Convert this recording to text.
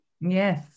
Yes